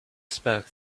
spoke